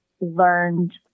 learned